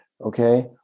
Okay